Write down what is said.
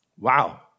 Wow